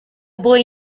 boy